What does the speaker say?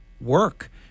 work